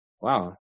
wow